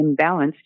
imbalanced